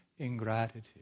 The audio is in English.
ingratitude